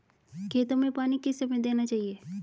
खेतों में पानी किस समय देना चाहिए?